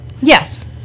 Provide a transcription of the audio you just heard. yes